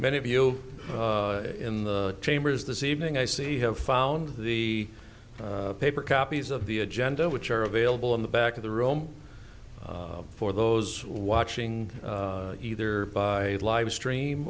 many of you in the chambers this evening i see have found the paper copies of the agenda which are available in the back of the room for those watching either by live stream